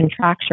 contracture